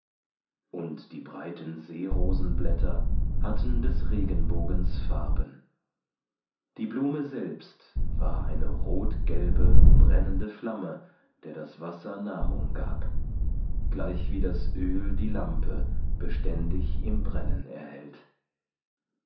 und die breiten seerosenblätter hatten des regenbogens farben die blume selbst war eine rotgelbe brennende flamme der das wasser nahrung gab gleichwie das öl die lampe beständig im brennen erhält